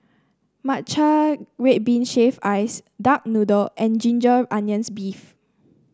Matcha Red Bean Shaved Ice Duck Noodle and Ginger Onions beef